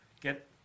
get